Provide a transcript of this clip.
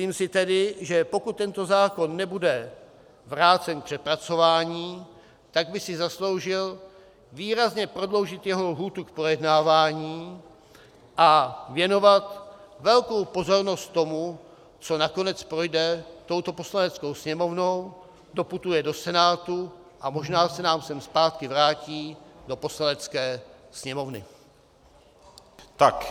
Myslím si tedy, že pokud tento zákon nebude vrácen k přepracování, tak by si zasloužil výrazně prodloužit jeho lhůtu k projednávání a věnovat velkou pozornost tomu, co nakonec projde touto Poslaneckou sněmovnou, doputuje do Senátu a možná se nám sem do Poslanecké sněmovny vrátí zpátky.